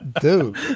Dude